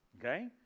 Okay